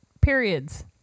periods